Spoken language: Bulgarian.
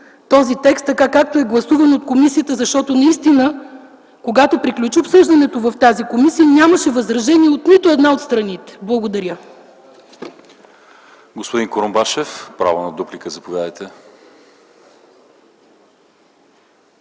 този текст, така както е гласуван от комисията, защото наистина, когато приключи обсъждането в тази комисия, нямаше възражения от нито една от страните. Благодаря.